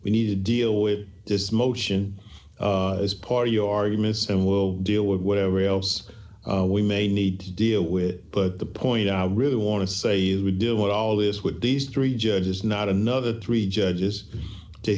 we need to deal with this motion as part of your arguments and we'll deal with whatever else we may need to deal with but the point i really want to say you would do it all is with these three judges not another three judges to